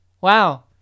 Wow